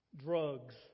Drugs